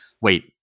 Wait